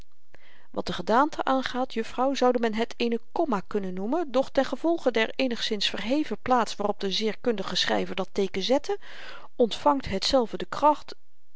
wat de gedaante aangaat juffrouw zoude men het eene komma kunnen noemen doch ten gevolge der eenigszins verheven plaats waarop de zeer kundige schryver dat teeken zette ontvangt hetzelve de kracht